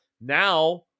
Now